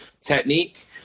technique